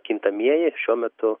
kintamieji šiuo metu